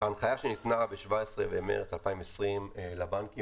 ההנחיה שניתנה ב-17 למארס 2020 לבנקים